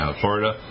Florida